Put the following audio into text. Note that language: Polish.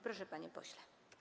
Proszę, panie pośle.